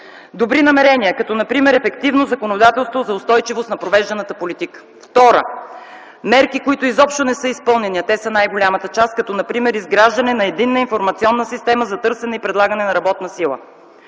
добри намерения, като например ефективно законодателство за устойчивост на провежданата политика. Втора – мерки, които изобщо не са изпълнени, а те са най-голямата част, като например изграждане на Единна информационна система за търсене и предлагане на работна сила.